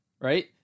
Right